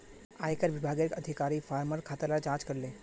आयेकर विभागेर अधिकारी फार्मर खाता लार जांच करले